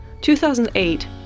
2008